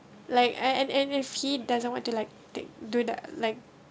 like I and and if he doesn't want to like they do the like